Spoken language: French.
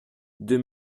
deux